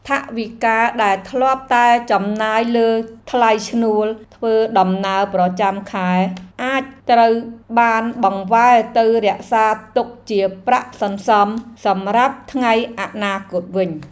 ថវិកាដែលធ្លាប់តែចំណាយលើថ្លៃឈ្នួលធ្វើដំណើរប្រចាំខែ អាចត្រូវបានបង្វែរទៅរក្សាទុកជាប្រាក់សន្សំសម្រាប់ថ្ងៃអនាគតវិញ។